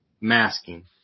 masking